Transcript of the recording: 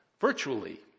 virtually